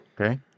Okay